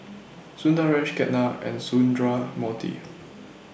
Sundaresh Ketna and Sundramoorthy